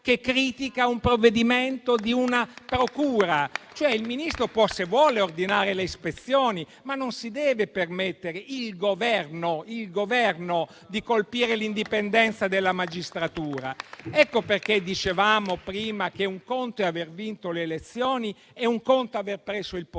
che critica un provvedimento di una procura. Il Ministro può, se vuole, ordinare le ispezioni, ma non si deve permettere il Governo di colpire l'indipendenza della magistratura. Ecco perché dicevamo prima che un conto è aver vinto le elezioni e un conto aver preso il potere.